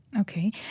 okay